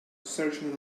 searching